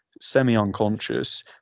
semi-unconscious